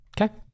Okay